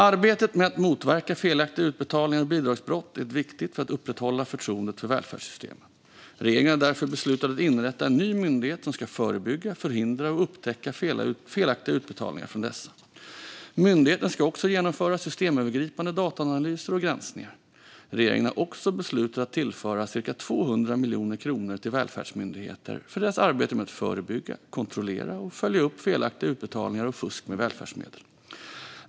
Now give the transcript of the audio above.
Arbetet med att motverka felaktiga utbetalningar och bidragsbrott är viktigt för att upprätthålla förtroendet för välfärdssystemen. Regeringen har därför beslutat att inrätta en ny myndighet som ska förebygga, förhindra och upptäcka felaktiga utbetalningar från dessa. Myndigheten ska också genomföra systemövergripande dataanalyser och granskningar. Regeringen har också beslutat att tillföra cirka 200 miljoner kronor till välfärdsmyndigheter för deras arbete med att förebygga, kontrollera och följa upp felaktiga utbetalningar och fusk med välfärdsmedel.